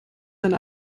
die